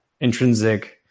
intrinsic